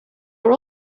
are